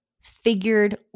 figured